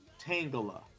Tangela